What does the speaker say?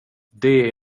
det